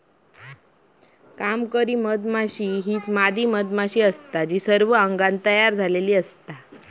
कामकरी मधमाशी हीच मादी मधमाशी असता जी सर्व अंगान तयार झालेली असता